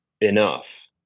enough